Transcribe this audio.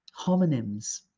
homonyms